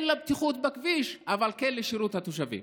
כן לבטיחות בכביש, אבל כן לשירות התושבים.